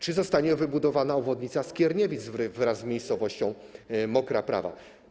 Czy zostanie wybudowana obwodnica Skierniewic wraz z miejscowością Mokra Prawa?